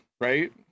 right